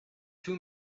too